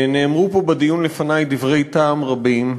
נאמרו פה בדיון לפני דברי טעם רבים.